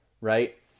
right